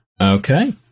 Okay